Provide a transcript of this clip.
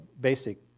basic